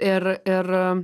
ir ir